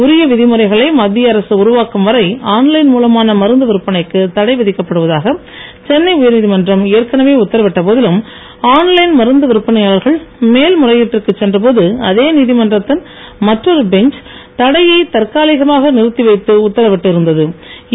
உரிய விதிமுறைகளை மத்திய அரசு உருவாக்கும் வரை ஆன்லைன் மூலமான மருந்து விற்பனைக்கு தடை விதிக்கப்படுவதாக சென்னை உயர்நீதிமன்றம் ஏற்கனவே விற்பனையாளர்கள் மேல் முறையீட்டிற்கு சென்ற போது அதே நீதிமன்றத்தின் மற்றொரு பெஞ்ச் தடையைத் தற்காலிகமாக நிறுத்திவைத்து உத்தாவிட்டு இருந்த்து